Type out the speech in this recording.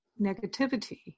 negativity